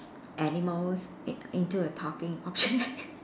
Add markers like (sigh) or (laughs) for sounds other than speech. animals in into a talking object (laughs)